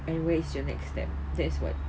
and where is your next step that is what